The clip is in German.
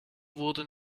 wurde